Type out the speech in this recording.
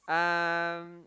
um